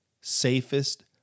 safest